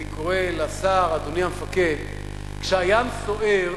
אני קורא לשר: אדוני המפקד, כשהים סוער